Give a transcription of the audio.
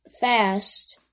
fast